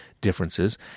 differences